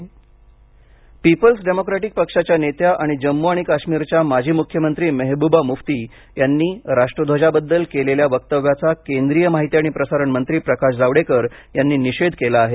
प्रकाश Javadekar People's Democratic पक्षाच्या नेत्या आणि जम्मू आणि काश्मीरच्या माजी मुख्यमंत्री मेहबूबा मुफ्ती यांनी राष्ट्रध्वजाबद्दल केलेल्या वक्तव्याचा केंद्रीय माहिती आणि प्रसारण मंत्री प्रकाश जावडेकर यांनी निषेध केला आहे